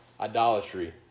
idolatry